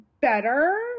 better